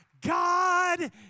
God